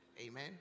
Amen